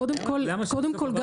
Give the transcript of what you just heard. קודם כל,